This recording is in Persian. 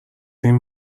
این